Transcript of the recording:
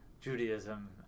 Judaism